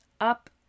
up